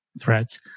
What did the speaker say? threats